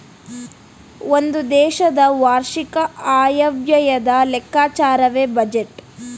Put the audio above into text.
ಒಂದು ದೇಶದ ವಾರ್ಷಿಕ ಆಯವ್ಯಯದ ಲೆಕ್ಕಾಚಾರವೇ ಬಜೆಟ್